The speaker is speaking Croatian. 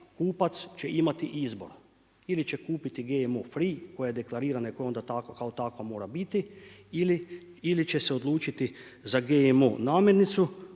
kupac će imati izbora. Ili će kupiti GMO free koja je deklarirana i koja onda kao takva mora biti ili će se odlučiti za GMO namirnicu